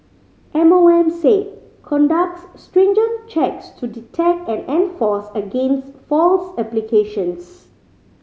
M O M said conducts stringent checks to detect and enforce against false applications